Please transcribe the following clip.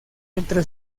entre